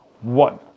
one